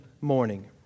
morning